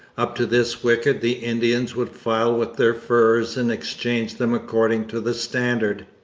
up to this wicket the indians would file with their furs and exchange them according to the standard.